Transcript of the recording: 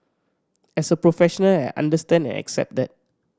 as a professional I understand and accept that